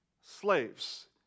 slaves